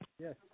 Yes